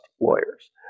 lawyers